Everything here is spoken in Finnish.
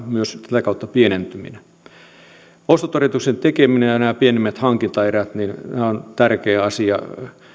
myös hallinnollisen taakan pienentyminen osatarjouksen tekeminen ja ja nämä pienemmät hankintaerät ovat tärkeä asia